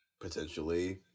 potentially